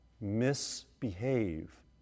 misbehave